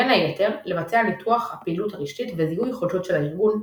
בין היתר לבצע ניתוח הפעילות הרשתית וזיהוי חולשות של הארגון,